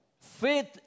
Faith